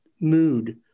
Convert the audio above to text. mood